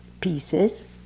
pieces